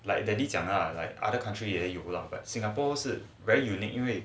like daddy 讲 lah 他的 like other country 不会 but singapore 是 very unique 因为